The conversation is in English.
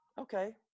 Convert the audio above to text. okay